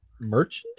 merchandise